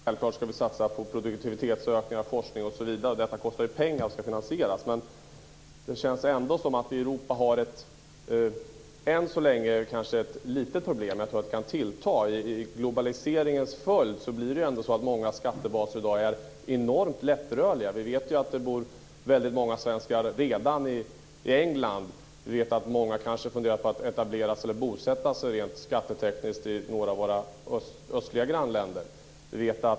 Fru talman! Jag delar självklart uppfattningen att vi ska satsa på produktivitetsökningar via forskning osv. De kostar pengar och måste finansieras. Det känns ändå som om vi i Europa än så länge har ett litet problem som kan komma att tillta. I globaliseringens följd blir många skattebaser i dag enormt lättrörliga. Vi vet att det redan bor väldigt många svenskar i England, och många funderar kanske på att rent skattetekniskt bosätta sig i något av våra östliga grannländer.